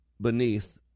beneath